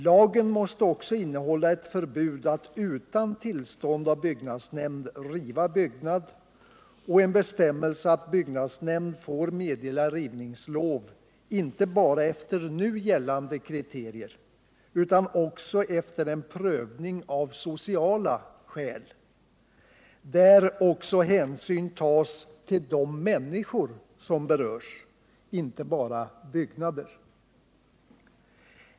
Lagen måste också innehålla ett förbud mot att utan tillstånd av byggnadsnämnd riva byggnad och en bestämmelse om att byggnadsnämnd får meddela rivningslov inte bara efter nu gällande kriterier utan också efter en prövning av sociala skäl, där hänsyn tas också till de människor som berörs — inte bara till byggnader.